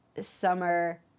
summer